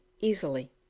easily